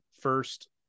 first